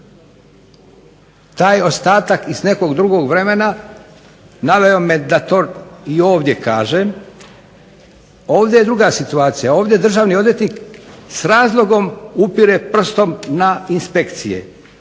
Taj ostatak iz nekog drugog vremena naveo me da to i ovdje kažem. Ovdje je druga situacija, ovdje državni odvjetnik s razlogom upire prstom na inspekcije